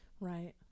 right